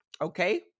Okay